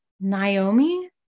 Naomi